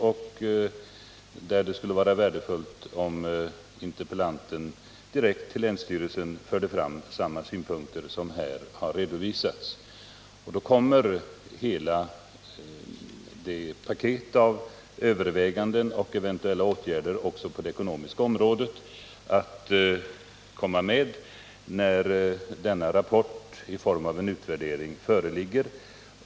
Det skulle alltså vara värdefullt om interpellanten direkt till länsstyrelsen förde fram samma synpunkter som här har redovisats. Hela det paket av överväganden och eventuella förslag till åtgärder som berör också det ekonomiska området kommer då att komma med när denna rapport i form av en utvärdering föreligger.